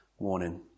Warning